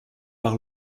par